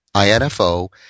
INFO